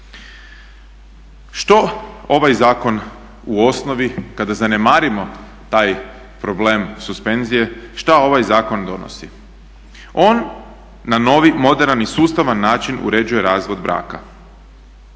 Što ovaj zakon u osnovi kada zanemarimo taj problem suspenzije, šta ovaj zakon donosi? On na novi moderan i sustavan način uređuje razvod braka.